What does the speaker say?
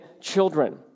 children